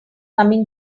coming